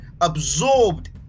absorbed